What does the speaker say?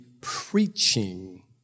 preaching